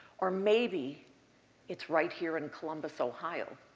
or maybe it's right here in columbus, ohio,